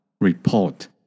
report